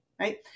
Right